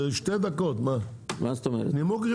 אני נותן לו